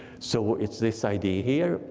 so it's this idea here.